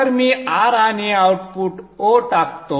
तर मी R आणि आउटपुट O टाकतो